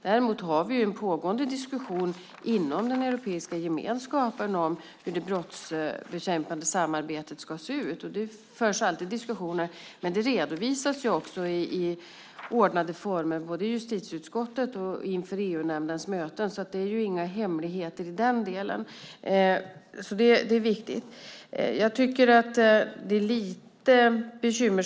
Däremot är det en pågående diskussion inom den europeiska gemenskapen om hur det brottsbekämpande samarbetet ska se ut, och sådana diskussioner förs alltid, men det redovisas också i ordnade former, både i justitieutskottet och på EU-nämndens möten, så det är inga hemligheter.